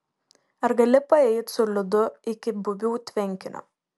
ar gali paeit su liudu iki bubių tvenkinio